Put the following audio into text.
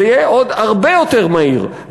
זה יהיה עוד הרבה יותר מהיר,